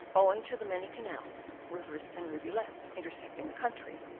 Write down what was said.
owing to the many canals, rivers, and rivulets intersecting the country,